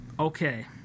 Okay